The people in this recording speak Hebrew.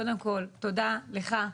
קודם כל תודה לך,